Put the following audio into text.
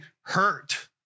hurt